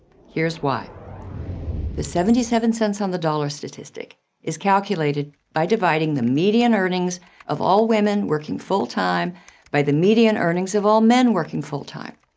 here's why the seventy seven cents on the dollar statistic is calculated by dividing the median earnings of all women working full-time by the median earnings of all men working full-time.